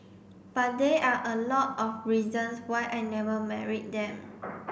but there are a lot of reasons why I never married them